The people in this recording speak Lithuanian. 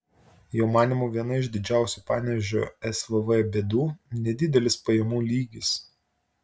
jo manymu viena iš didžiausių panevėžio svv bėdų nedidelis pajamų lygis